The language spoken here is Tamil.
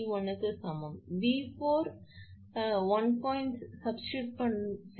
3𝑉1 க்குச் சமம் நீங்கள் V4 சப்ஸ்டிடுட்ஐ மாற்றுவது 1